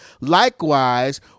likewise